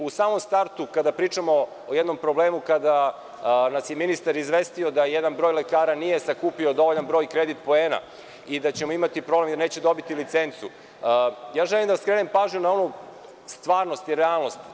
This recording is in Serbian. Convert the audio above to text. U samom startu kada pričamo o jednom problemu, kada nas je ministar izvestio da jedan broj lekara nije sakupio dovoljan broj kreditnih poena i da ćemo imati problem jer neće dobiti licencu, želim da vam skrenem pažnju na stvarnost i realnost.